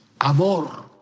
Amor